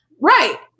right